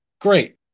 great